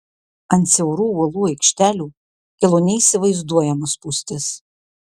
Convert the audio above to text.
ant siaurų uolų aikštelių kilo neįsivaizduojama spūstis